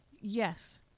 yes